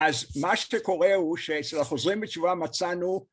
אז מה שקורה הוא שאצל החוזרים בתשובה מצאנו